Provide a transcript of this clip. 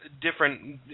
different